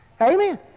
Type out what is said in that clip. Amen